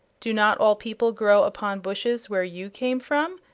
do not all people grow upon bushes where you came from,